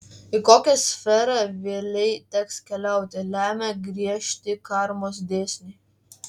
į kokią sferą vėlei teks keliauti lemia griežti karmos dėsniai